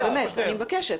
באמת, אני מבקשת.